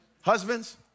Husbands